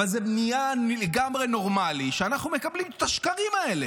אבל זה נהיה לגמרי נורמלי שאנחנו מקבלים את השקרים האלה.